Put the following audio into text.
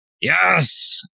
yes